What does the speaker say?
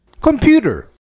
Computer